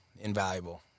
Invaluable